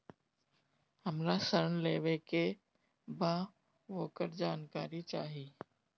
हमरा ऋण लेवे के बा वोकर जानकारी चाही